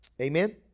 Amen